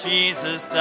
Jesus